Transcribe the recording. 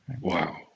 Wow